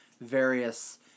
various